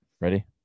ready